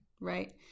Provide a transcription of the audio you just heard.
right